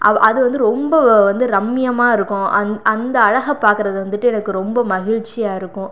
அ அது வந்து ரொம்ப வந்து ரம்மியமாக இருக்கும் அந் அந்த அழகை பார்க்குறது வந்துட்டு எனக்கு ரொம்ப மகிழ்ச்சியாக இருக்கும்